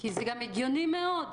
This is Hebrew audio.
זה גם הגיוני מאוד.